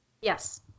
yes